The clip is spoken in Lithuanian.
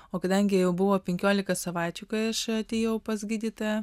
o kadangi jau buvo penkiolika savaičių kai aš atėjau pas gydytoją